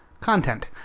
content